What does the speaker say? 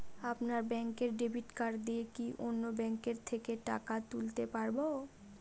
আপনার ব্যাংকের debit card দিয়ে কি অন্য ব্যাংকের থেকে টাকা তুলতে পারবো?